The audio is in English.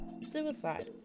suicide